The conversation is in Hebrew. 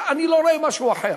אני לא רואה משהו אחר.